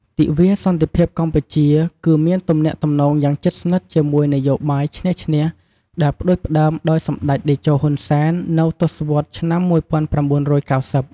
ទិវាសន្តិភាពកម្ពុជា គឺមានទំនាក់ទំនងយ៉ាងជិតស្និទ្ធជាមួយ នយោបាយឈ្នះ-ឈ្នះ ដែលផ្ដួចផ្ដើមដោយសម្ដេចតេជោ ហ៊ុន សែន នៅទសវត្សរ៍ឆ្នាំ ១៩៩០។